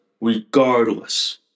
regardless